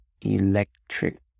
electric